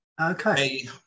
okay